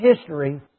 history